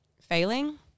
failing